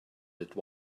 that